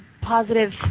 positive